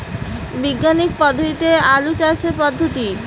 বিজ্ঞানিক পদ্ধতিতে আলু চাষের পদ্ধতি?